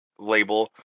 label